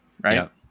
right